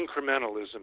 incrementalism